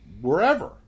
wherever